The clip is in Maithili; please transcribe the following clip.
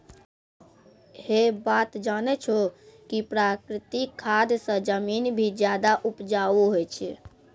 तोह है बात जानै छौ कि प्राकृतिक खाद स जमीन भी ज्यादा उपजाऊ होय छै